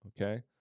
okay